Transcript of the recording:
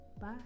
bye